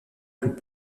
plus